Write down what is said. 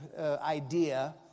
idea